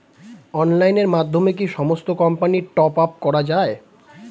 অনলাইনের মাধ্যমে কি সমস্ত কোম্পানির টপ আপ করা যায়?